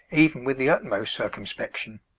even with the utmost circumspection.